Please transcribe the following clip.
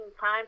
time